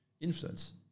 influence